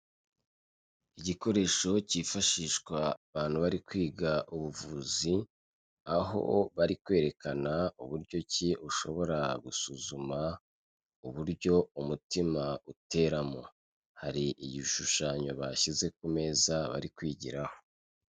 Igikoresho cyifashishwa abantu bari kwiga ubuvuzi, aho bari kwerekana uburyo ki ushobora gusuzuma uburyo umutima uteramo, hari igishushanyo bashyize ku meza bari kwigiraho.